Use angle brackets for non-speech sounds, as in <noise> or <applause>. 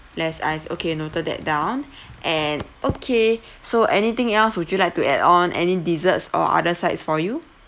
less ice okay noted that down <breath> and okay <breath> so anything else would you like to add on any desserts or other sides for you